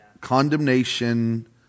condemnation